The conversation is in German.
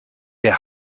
der